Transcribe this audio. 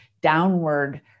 downward